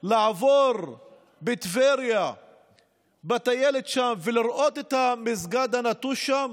לעבור בטבריה בטיילת ולראות את המסגד הנטוש שם,